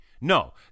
no